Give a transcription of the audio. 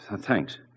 Thanks